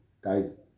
guys